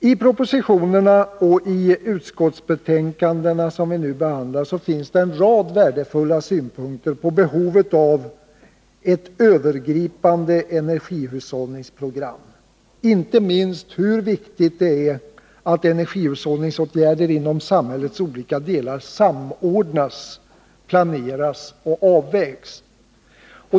I propositionerna och i de utskottsbetänkanden som vi nu behandlar finns en rad värdefulla synpunkter på behovet av ett övergripande energihushållningsprogram och inte minst på hur viktigt det är att energihushållningsåtgärder inom samhällets olika delar samordnas, planeras och avvägs.